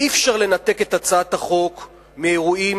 אי-אפשר לנתק את הצעת החוק מאירועים